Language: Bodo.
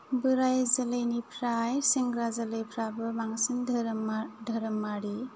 बोराय जोलैनिफ्राय सेंग्रा जोलैफ्राबो बांसिन धोरोम धोरोमारि